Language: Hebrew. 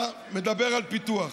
אתה מדבר על פיתוח.